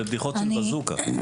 זה בדיחות של בזוקה.